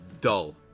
dull